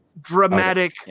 dramatic